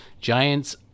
giants